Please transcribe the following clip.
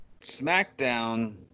SmackDown